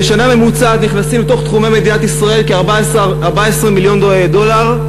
בשנה ממוצעת נכנסים לתוך תחומי מדינת ישראל כ-14 מיליון דולר,